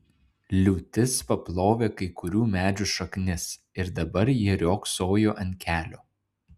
liūtis paplovė kai kurių medžių šaknis ir dabar jie riogsojo ant kelio